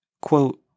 quote